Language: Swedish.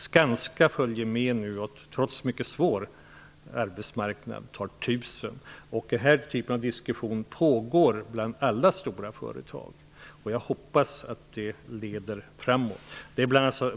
Skanska följer med och tar, trots en mycket svår arbetsmarknad, emot tusen ungdomar. Denna typ av diskussion pågår i alla stora företag. Jag hoppas att det skall leda framåt.